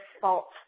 fault